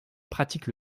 pratique